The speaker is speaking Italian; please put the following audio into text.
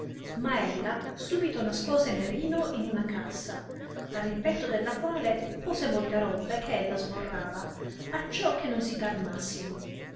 ma ella subito nascose nerino in una cassa a rimpetto della quale pose molte robbe che ella sborrava acciò che non si tarmassino il